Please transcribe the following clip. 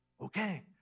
okay